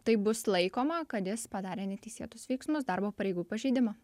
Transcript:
taip bus laikoma kad jis padarė neteisėtus veiksmus darbo pareigų pažeidimą